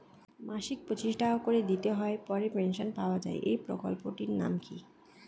মাসিক পঁচিশ টাকা করে দিতে হয় পরে পেনশন পাওয়া যায় এই প্রকল্পে টির নাম কি?